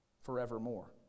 forevermore